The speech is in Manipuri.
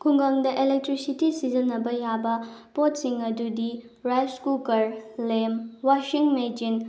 ꯈꯨꯡꯒꯪꯗ ꯏꯂꯦꯛꯇ꯭ꯤꯁꯤꯇꯤ ꯁꯤꯖꯤꯟꯅꯕ ꯌꯥꯕ ꯄꯣꯠꯁꯤꯡ ꯑꯗꯨꯗꯤ ꯔꯥꯏꯁ ꯀꯨꯛꯀꯔ ꯂꯦꯝ ꯋꯥꯁꯤꯡ ꯃꯦꯆꯤꯟ